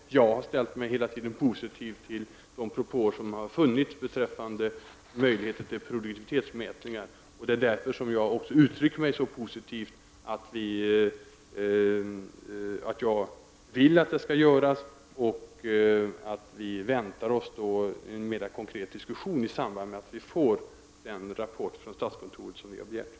Men jag har hela tiden ställt mig positiv till de propåer som har funnits beträffande möjligheter till produktivitetsmätningar. Det är därför som jag har varit positiv till att de skall utföras. Vi väntar oss en mera konkret diskussion i samband med att vi får den rapport från statskontoret som vi har begärt.